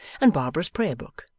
and barbara's prayer-book,